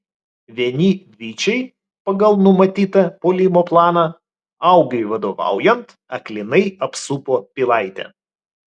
vieni vyčiai pagal numatytą puolimo planą augiui vadovaujant aklinai apsupo pilaitę